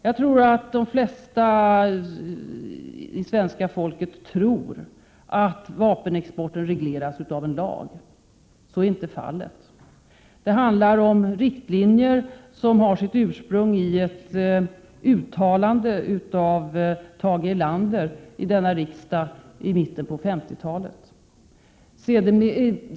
Jag tror att de flesta svenskar tror att vapenexporten regleras av en lag. Så är inte fallet. Det handlar om riktlinjer som har sitt ursprung i ett uttalande av Tage Erlander i riksdagen i mitten av 1950-talet.